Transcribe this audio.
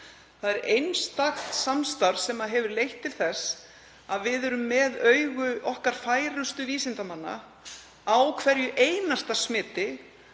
Það er einstakt samstarf sem hefur leitt til þess að við erum með augu færustu vísindamanna okkar á hverju einasta smiti,